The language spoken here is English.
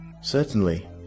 Certainly